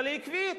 אבל היא עקבית.